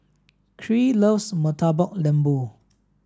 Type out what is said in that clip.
Kyree loves Murtabak Lembu